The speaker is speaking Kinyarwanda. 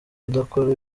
kudakora